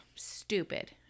stupid